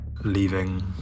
leaving